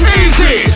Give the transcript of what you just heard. easy